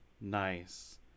nice